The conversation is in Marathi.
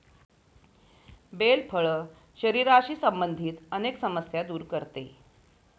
बेल फळ शरीराशी संबंधित अनेक समस्या दूर करते